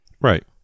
Right